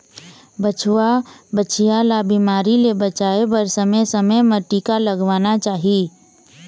बछवा, बछिया ल बिमारी ले बचाए बर समे समे म टीका लगवाना चाही